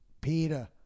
Peter